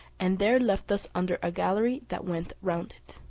and there left us under a gallery that went round it.